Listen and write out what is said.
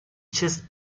честь